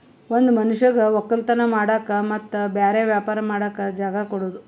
ಒಂದ್ ಮನಷ್ಯಗ್ ವಕ್ಕಲತನ್ ಮಾಡಕ್ ಮತ್ತ್ ಬ್ಯಾರೆ ವ್ಯಾಪಾರ ಮಾಡಕ್ ಜಾಗ ಕೊಡದು